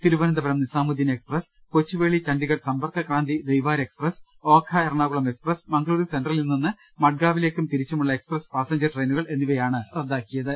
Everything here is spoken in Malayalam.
തിരുവനന്തപുരം നിസാമുദ്ദീൻ എക്സ്പ്രസ് കൊച്ചുവേളി ചാണ്ഢിഗഢ് സമ്പർക്കക്രാന്തി ദൈവാര എക്സ്പ്രസ് ഓഖ എറണാകുളം എക്സ്പ്രസ് മംഗളൂരു സെൻട്രലിൽ നിന്ന് മഡ്ഗാവിലേക്കും തിരിച്ചുമുള്ള എക്സ്പ്രസ് പാസഞ്ചർ ട്രെയിനുകൾ എന്നിവയാണ് റദ്ദാക്കിയത്